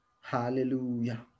Hallelujah